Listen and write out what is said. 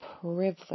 privilege